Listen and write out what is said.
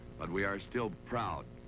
but we are still proud.